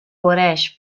guareix